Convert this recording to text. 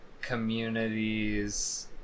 communities